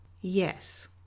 Yes